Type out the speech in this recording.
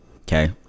okay